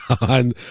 on